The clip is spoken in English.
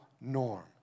norm